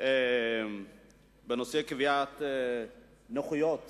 בנושא קביעת נכויות